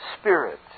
spirit